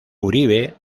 uribe